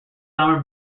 summer